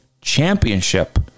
championship